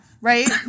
right